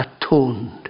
atoned